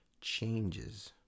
changes